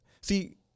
See